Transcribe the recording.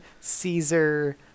Caesar